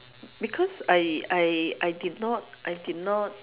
because I I I did not I did not uh